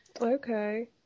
Okay